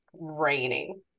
raining